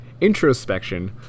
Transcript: Introspection